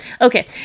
Okay